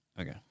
Okay